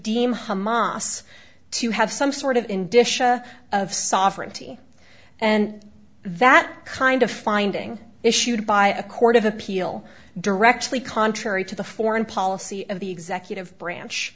deem hamas to have some sort of in disha of sovereignty and that kind of finding issued by a court of appeal directly contrary to the foreign policy of the executive branch